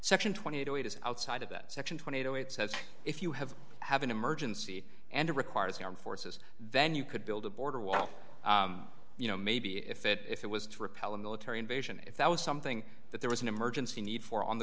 section twenty two outside of that section twenty two it says if you have have an emergency and it requires the armed forces then you could build a border wall you know maybe if it if it was to repel a military invasion if that was something that there was an emergency need for on the